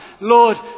Lord